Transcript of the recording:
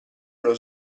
allo